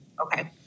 Okay